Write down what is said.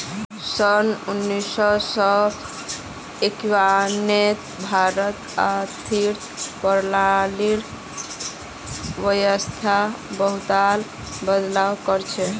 सन उन्नीस सौ एक्यानवेत भारत आर्थिक प्रणालीर व्यवस्थात बहुतला बदलाव कर ले